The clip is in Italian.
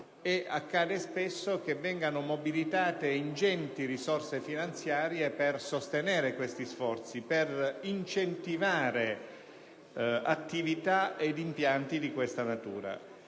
Accade spesso che vengano mobilitate ingenti risorse finanziarie per sostenere tali sforzi e per incentivare attività ed impianti di questa natura.